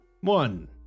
One